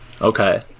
Okay